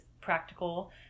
practical